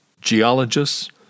geologists